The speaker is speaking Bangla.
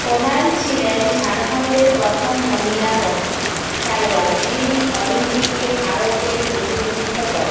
প্রধান ছিলেন ঝাড়খণ্ডের প্রথম মহিলা হকি খেলোয়াড় যিনি অলিম্পিকে ভারতের প্রতিনিধিত্ব করেন